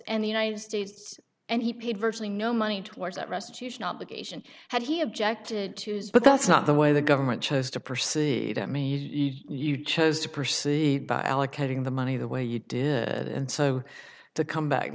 and the united states and he paid virtually no money towards that restitution obligation had he objected to use but that's not the way the government chose to proceed at me chose to proceed by allocating the money the way you did and so to come back